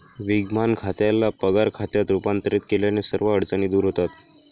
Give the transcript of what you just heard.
विद्यमान खात्याला पगार खात्यात रूपांतरित केल्याने सर्व अडचणी दूर होतात